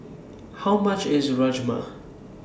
How much IS Rajma